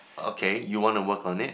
okay you want to work on it